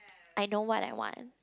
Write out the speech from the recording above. I know what I want